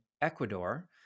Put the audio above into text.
Ecuador